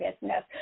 business